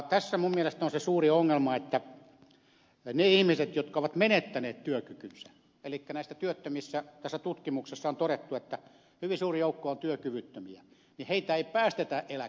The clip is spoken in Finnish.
tässä minun mielestäni on se suuri ongelma että niitä ihmisiä jotka ovat menettäneet työkykynsä elikkä näistä työttömistä tässä tutkimuksessa on todettu että hyvin suuri joukko on työkyvyttömiä ei päästetä työkyvyttömyyseläkkeelle